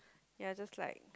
ya just like